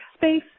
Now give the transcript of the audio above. space